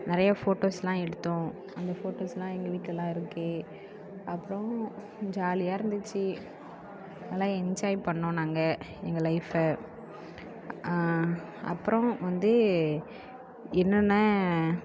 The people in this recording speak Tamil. நிறையா ஃபோட்டோஸ்லாம் எடுத்தோம் அந்த ஃபோட்டோஸ்லாம் எங்கள் வீட்லலாம் இருக்கு அப்றம் ஜாலியாக இருந்துச்சு நல்லா என்ஜாய் பண்ணோம் நாங்கள் எங்கள் லைஃபை அப்றம் வந்து இன்னொன்று